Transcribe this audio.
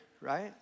right